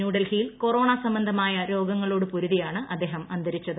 ന്യൂഡൽഹിയിൽ കൊറോണ സംബന്ധമായ്ക് രോഗങ്ങളോട് പൊരുതിയാണ് അദ്ദേഹം അന്തരിച്ചത്